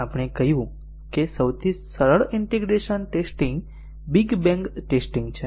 આપણે કહ્યું કે સૌથી સરળ integration testing big bang testing છે